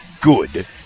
good